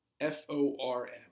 F-O-R-M